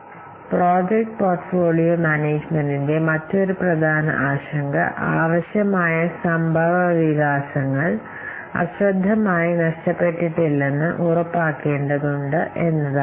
അതിനാൽ project portfolio മാനേജുമെന്റിന്റെ മറ്റൊരു പ്രധാന ആശങ്ക ആവശ്യമായ സംഭവവികാസങ്ങൾ അശ്രദ്ധമായി നഷ്ടപ്പെട്ടിട്ടില്ലെന്ന് ഉറപ്പാക്കേണ്ടതുണ്ട് എന്നതാണ്